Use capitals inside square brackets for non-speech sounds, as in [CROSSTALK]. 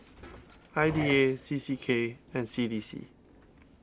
[NOISE] I D A C C K and C D C